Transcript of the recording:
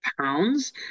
pounds